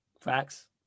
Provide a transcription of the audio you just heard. facts